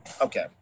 Okay